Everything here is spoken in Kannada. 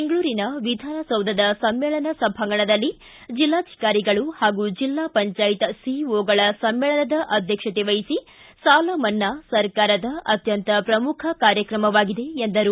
ಬೆಂಗಳೂರಿನ ವಿಧಾನಸೌಧದ ಸಮ್ನೇಳನ ಸಭಾಂಗಣದಲ್ಲಿ ಜಿಲ್ಲಾಧಿಕಾರಿಗಳು ಮತ್ತು ಜಿಲ್ಲಾ ಪಂಜಾಯತ್ ಸಿಇಒಗಳ ಸಮ್ನೇಳನದ ಅಧ್ಯಕ್ಷತೆ ವಹಿಸಿ ಸಾಲ ಮನ್ನಾ ಸರ್ಕಾರದ ಅತ್ಯಂತ ಪ್ರಮುಖ ಕಾರ್ಯಕ್ರಮವಾಗಿದೆ ಎಂದರು